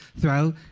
throw